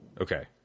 Okay